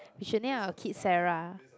we should name our kid Sarah